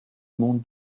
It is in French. monde